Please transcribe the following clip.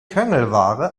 quengelware